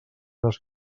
les